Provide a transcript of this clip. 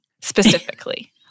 specifically